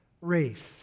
race